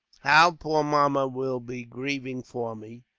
how poor mamma will be grieving for me,